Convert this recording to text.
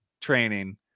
training –